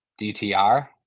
DTR